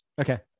Okay